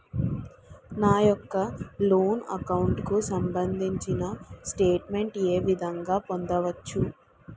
నా యెక్క loan account కు సంబందించిన స్టేట్ మెంట్ ఏ విధంగా పొందవచ్చు?